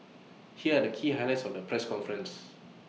here are the key highlights of the press conference